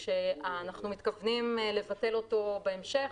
אנחנו מתכוונים לבטל אותו בהמשך,